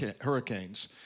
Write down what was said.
hurricanes